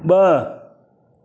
ब॒